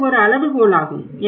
இது ஒரு அளவுகோலாகும்